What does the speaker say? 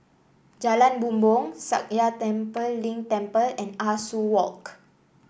Jalan Bumbong Sakya Tenphel Ling Temple and Ah Soo Walk